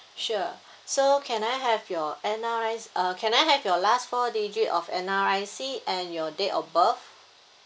sure so can I have your N_R_I~ uh can I have your last four digit of N_R_I_C and your date of birth